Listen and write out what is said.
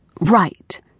Right